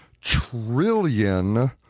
trillion